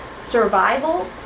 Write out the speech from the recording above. survival